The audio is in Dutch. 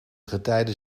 getijden